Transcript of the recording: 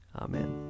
Amen